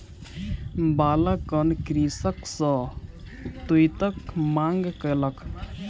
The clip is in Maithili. बालकगण कृषक सॅ तूईतक मांग कयलक